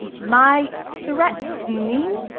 my threatening i mean